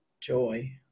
joy